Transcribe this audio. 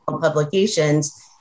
publications